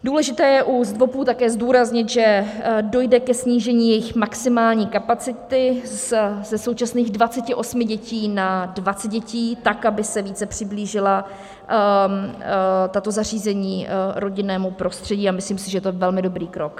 Důležité je u ZDVOPů také zdůraznit, že dojde ke snížení jejich maximální kapacity ze současných 28 dětí na 20 dětí tak, aby se více přiblížila tato zařízení rodinnému prostředí, a myslím si, že to je velmi dobrý krok.